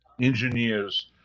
Engineers